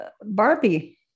Barbie